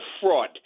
fraud